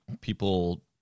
people